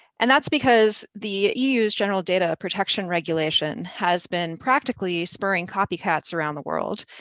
and that's because the eu's general data protection regulation has been practically spurring copycats around the world.